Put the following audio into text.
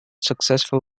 successful